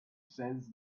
says